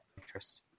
Interest